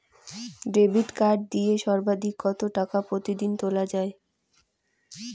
Debit card দিয়ে সর্বাধিক কত টাকা প্রতিদিন তোলা য়ায়?